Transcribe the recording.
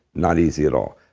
not easy at all.